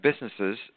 businesses